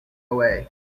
away